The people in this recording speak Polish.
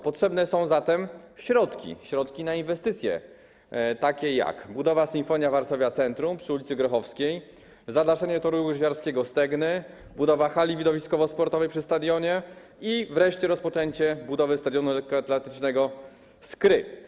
Potrzebne są zatem środki na takie inwestycje, jak budowa Sinfonia Varsovia Centrum przy ul. Grochowskiej, zadaszenie Toru Łyżwiarskiego Stegny, budowa hali widowiskowo-sportowej przy stadionie i wreszcie rozpoczęcie budowy stadionu lekkoatletycznego Skry.